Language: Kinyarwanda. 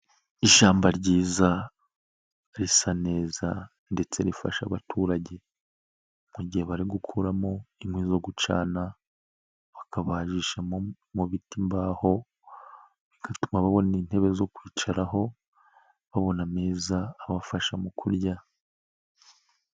Ishyamba ryiza risa neza ndetse rifasha abaturage mu gihe bari gukuramo inkwi zo gucana, bakabajishamo mu biti imbaho bigatuma babona intebe zo kwicaraho, babona ameza abafasha mu kurya.